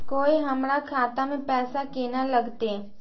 कोय हमरा खाता में पैसा केना लगते?